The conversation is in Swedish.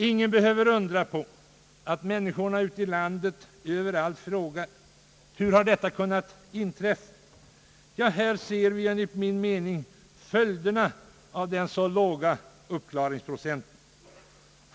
Ingen behöver undra på att människor överallt ute i landet frågar hur detta kunnat inträffa. Här ser vi enligt min mening följderna av den låga uppklaringsprocenten.